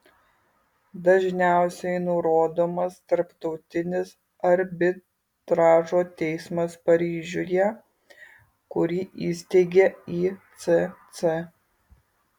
dažniausiai nurodomas tarptautinis arbitražo teismas paryžiuje kurį įsteigė icc